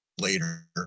later